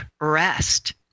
rest